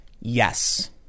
Yes